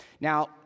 Now